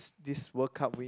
this World Cup win